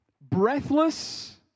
breathless